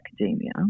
academia